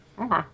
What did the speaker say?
Okay